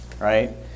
Right